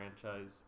franchise